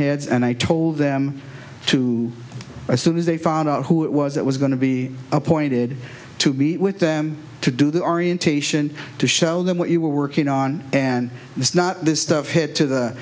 heads and i told them to as soon as they found out who it was that was going to be appointed to be with them to do the orientation to show them what you were working on and it's not the stuff hit to the